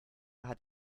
hat